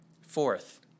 Fourth